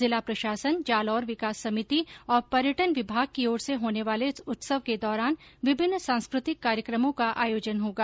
जिला प्रशासन जालौर विकास समिति और पर्यटन विभाग की ओर से होने वाले इस उत्सव के दौरान विभिन्न सांस्कृतिक कार्यक्रमों का आयोजन होगा